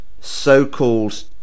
so-called